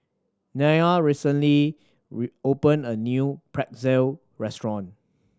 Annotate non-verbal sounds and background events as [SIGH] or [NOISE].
Nya recently [UNINTELLIGIBLE] opened a new Pretzel restaurant